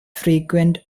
frequent